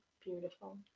Beautiful